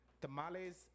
tamales